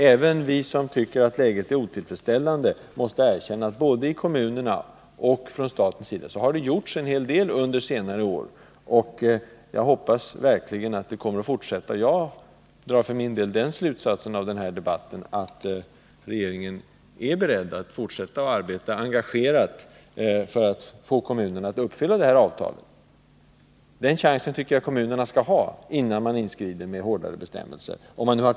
Även vi som tycker att läget är otillfredsställande måste erkänna att både kommuner och staten under senare år har gjort en hel del. Jag hoppas verkligen att det kommer att fortsätta. Jag drar för min del den slutsatsen av den här debatten att regeringen är beredd att fortsätta med ett engagerat arbete för att få kommunerna att uppfylla avtalet. När man nu har fattat ett beslut om en femårsperiod, bör kommunerna få sin chans innan man ingriper med hårdare bestämmelser.